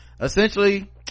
Essentially